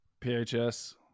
PHS